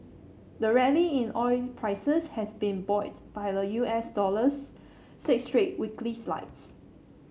the rally in oil prices has been buoyed by the U S dollar's six straight weekly slides